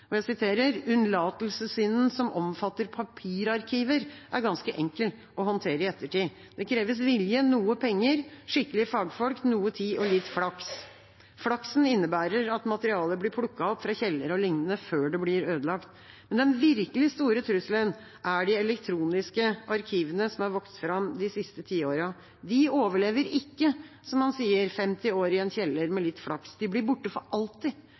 unnlatelsessynden som omfatter papirarkiver ganske enkel å håndtere i ettertid. Det kreves vilje, noe penger, skikkelige fagfolk, noe tid og litt flaks.» Flaksen innebærer at materialet blir plukket opp fra kjellere o.l. før det blir ødelagt. Men den virkelig store trusselen er de elektroniske arkivene som er vokst fram de siste tiårene. De overlever ikke, som han sier, 50 år i en kjeller med litt flaks. De blir borte for alltid.